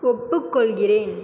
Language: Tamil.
ஒப்புக்கொள்கிறேன்